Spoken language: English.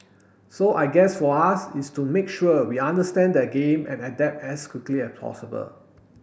so I guess for us is to make sure we understand the game and adapt as quickly as possible